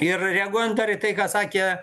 ir reaguojant dar į tai ką sakė